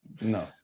no